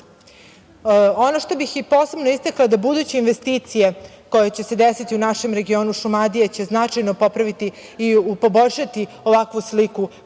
što bih posebno istakla je da će buduće investicije koje će se desiti u našem regionu Šumadije značajno popraviti i poboljšati ovakvu sliku